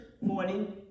morning